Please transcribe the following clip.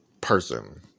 person